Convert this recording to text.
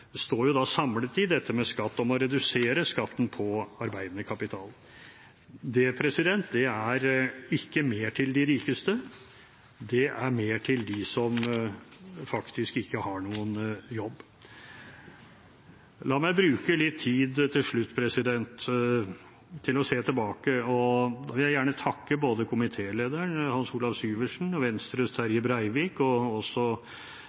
står samlet i dette med skatt, om å redusere skatten på arbeidende kapital. Det er ikke mer til de rikeste, det er mer til dem som faktisk ikke har noen jobb. La meg bruke litt tid til slutt på å se tilbake. Jeg vil gjerne takke både komitélederen, Hans Olav Syversen, Venstres Terje Breivik og